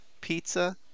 pizza